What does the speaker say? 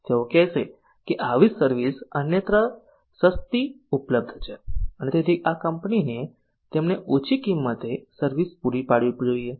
તેઓ કહેશે કે આવીજ સર્વિસ અન્યત્ર સસ્તી ઉપલબ્ધ છે અને તેથી આ કંપનીએ તેમને ઓછી કિંમતે સર્વિસ પૂરી પાડવી જોઈએ